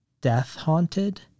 death-haunted